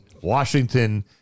Washington